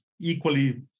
equally